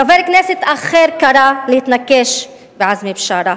חבר כנסת אחר קרא להתנקש בעזמי בשארה.